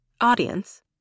audience